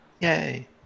Yay